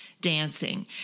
dancing